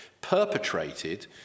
perpetrated